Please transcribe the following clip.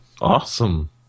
Awesome